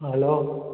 hello